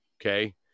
okay